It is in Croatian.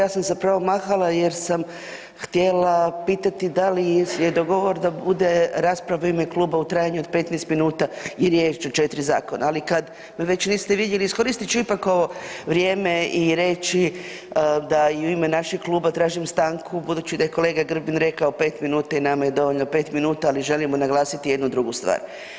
Ja sam zapravo mahala jer sam htjela pitati da li je dogovor da bude rasprava u ime kluba u trajanju od 15 minuta i riječ o 4 zakona, ali kad me već vi ste vidjeli iskoristit ću ipak ovo vrijeme i reći da i u ime našeg kluba tražim stanku budući da je kolega Grbin rekao 5 minuta i nama je dovoljno 5 minuta, ali želimo naglasiti jednu drugu stvar.